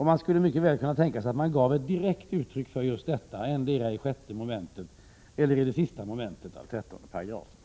Man skulle mycket väl kunna tänka sig att man gav ett direkt uttryck åt detta endera i 6 mom. eller i det sista momentet i 13 §.